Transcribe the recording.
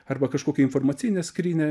arba kažkokią informacinę skrynią